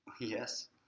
Yes